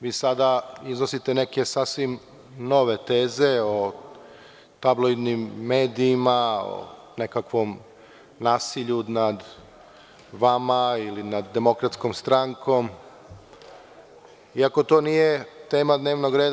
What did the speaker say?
Vi sada iznosite neke sasvim nove teze, o tabloidnim medijima, o nekakvom nasilju nad vama, ili nad DS, iako to nije tema dnevnog reda.